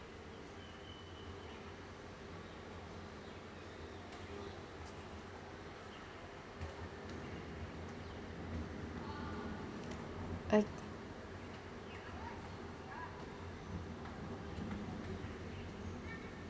err